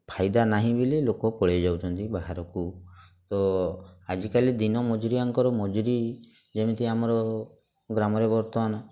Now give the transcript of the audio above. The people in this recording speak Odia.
ଫାଇଦା ନାହିଁ ବୋଲି ଲୋକ ପଳେଇଯାଉଛନ୍ତି ବାହାରକୁ ତ ଆଜିକାଲି ଦିନ ମଜୁରିଆଙ୍କର ମଜୁରି ଯେମିତି ଆମର ଗ୍ରାମରେ ବର୍ତ୍ତମାନ